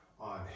on